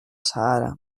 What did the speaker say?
sàhara